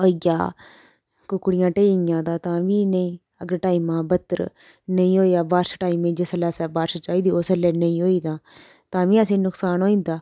होई गेआ कुकड़ियां ढेई गेइयां तां बी नेईं अगर टाइमा बत्तर नेईं होएआ बारिश टाइमें जिसलै असें बारश चाहिदी उसलै नेईं होई तां तां बी असेंगी नुकसान होई जंदा